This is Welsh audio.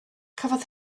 cafodd